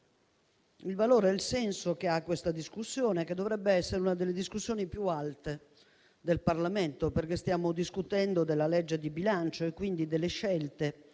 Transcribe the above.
sul valore e il senso che ha questa discussione, che dovrebbe essere una delle discussioni più alte del Parlamento, perché stiamo discutendo della legge di bilancio e quindi delle scelte